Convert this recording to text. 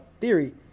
theory